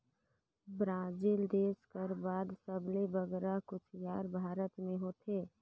Brazil देस कर बाद सबले बगरा कुसियार भारत में होथे